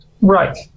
right